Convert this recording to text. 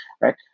right